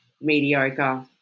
mediocre